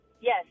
Yes